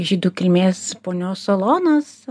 žydų kilmės ponios salonas